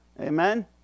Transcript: Amen